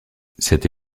cette